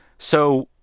so,